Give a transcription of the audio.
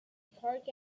park